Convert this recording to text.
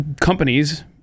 companies